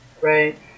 right